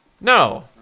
No